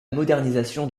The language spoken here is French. modernisation